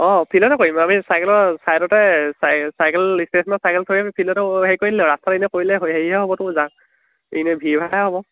অঁ ফিল্ডতে কৰিম আমি চাইকেলৰ চাইডতে চাই চাইকেল ষ্টেচনত চাইকেল থৈ আমি ফিল্ডতো হেৰি কৰি দিলে ৰাস্তাত এনেই কৰিলে হেৰিহে হ'ব তোৰ যা এনেই ভিৰ ভাৰহে হ'ব